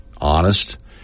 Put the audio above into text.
honest